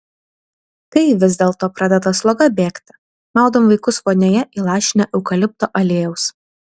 kai vis dėlto pradeda sloga bėgti maudom vaikus vonioje įlašinę eukalipto aliejaus